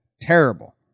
terrible